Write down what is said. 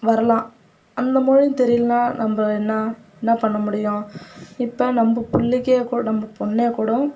வரலாம் அந்த மொழி தெரியலன்னா நம்ப என்ன என்ன பண்ண முடியும் இப்போ நம்ப பிள்ளைக்கே கூட நம்ப பொண்ணே கூட